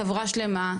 חברה שלמה,